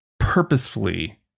purposefully